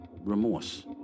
remorse